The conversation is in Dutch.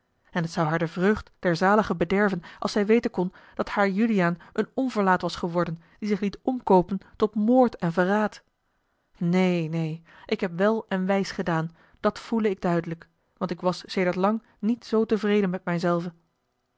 en het zou haar de vreugd der zaligen bederven als zij weten kon dat haar juliaan een onverlaat was geworden die zich liet omkoopen tot moord en verraad neen neen ik heb wel en wijs gedaan dat voele ik duidelijk want ik was sedert lang niet zoo tevreden met